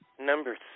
Number